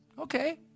okay